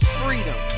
freedom